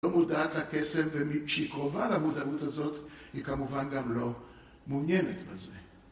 לא מודעת לכסף, וכשהיא קרובה למודעות הזאת, היא כמובן גם לא מעוניינת בזה.